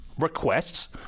requests